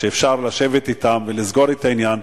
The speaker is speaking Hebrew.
אפשר לשבת אתם ולסגור את העניין.